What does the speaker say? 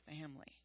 family